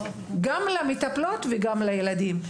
גם למטפלות וגם לילדים.